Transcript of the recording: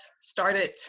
started